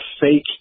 fake